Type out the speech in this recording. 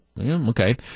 Okay